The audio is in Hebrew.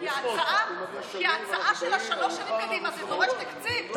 כי ההצעה של שלוש שנים קדימה דורשת תקציב.